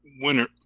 winner